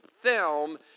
film